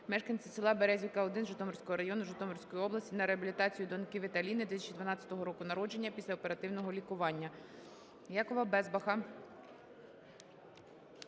мешканці села Березівка-1 Житомирського району, Житомирської області на реабілітацію доньки Віталіни 2012 року народження після оперативного лікування.